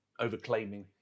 overclaiming